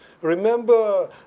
Remember